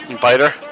Biter